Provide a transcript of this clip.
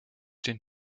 den